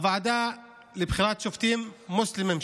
הוועדה לבחירת שופטים מוסלמים,